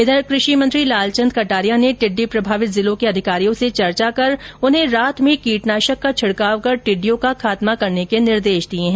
इधर कृषि मंत्री लालचंद कटारिया ने टिड्डी प्रभावित जिलों के अधिकारियों से चर्चा कर उन्हें रात में कीटनाशक का छिडकाव कर टिड़िडयों का खात्मा करने के निर्देश दिए है